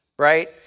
right